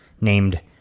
named